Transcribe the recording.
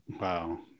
Wow